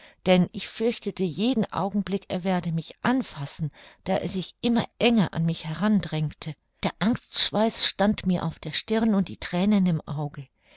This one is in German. denn ich fürchtete jeden augenblick er werde mich anfassen da er sich immer enger an mich heran drängte der angstschweiß stand mir auf der stirn und die thränen im auge